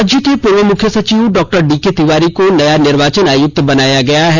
राज्य के पूर्व मुख्य सचिव डॉ डीके तिवारी को नया निर्वाचन आयुक्त बनाया गया है